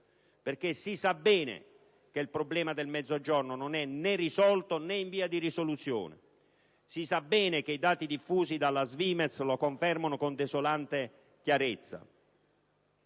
parlo. Si sa bene che il problema del Mezzogiorno non è né risolto né in via di risoluzione. Si sa bene che i dati diffusi dalla SVIMEZ lo confermano con desolante chiarezza.